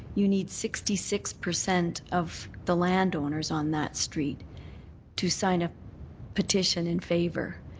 you need sixty six percent of the landowners on that street to sign a petition in favour.